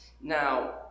Now